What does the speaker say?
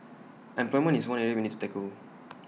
employment is one area we need to tackle